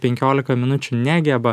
penkiolika minučių negeba